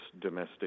domestic